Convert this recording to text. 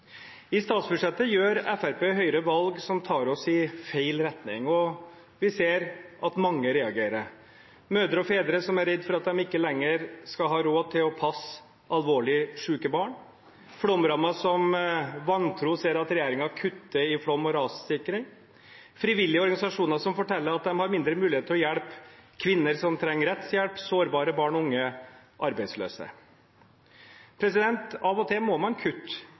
I statsbudsjettet gjør Fremskrittspartiet og Høyre valg som tar oss i feil retning, og vi ser at mange reagerer: mødre og fedre som er redde for at de ikke lenger skal ha råd til å passe alvorlig syke barn, flomrammede som vantro ser at regjeringen kutter i flom- og rassikring, frivillige organisasjoner som forteller at de har mindre mulighet for å hjelpe kvinner som trenger rettshjelp, sårbare barn og unge og arbeidsløse. Av og til må man kutte